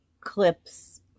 clips